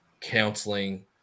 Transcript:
counseling